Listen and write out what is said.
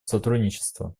сотрудничества